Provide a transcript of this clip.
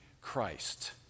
Christ